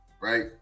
right